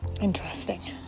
Interesting